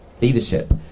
leadership